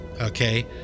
okay